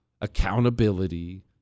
Accountability